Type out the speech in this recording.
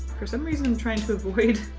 for some reason i'm trying to avoid.